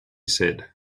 said